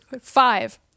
five